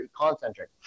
concentric